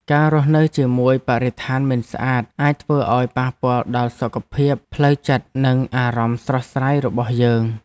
ការរស់នៅជាមួយបរិស្ថានមិនស្អាតអាចធ្វើឱ្យប៉ះពាល់ដល់សុខភាពផ្លូវចិត្តនិងអារម្មណ៍ស្រស់ស្រាយរបស់យើង។